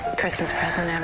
christmas present. and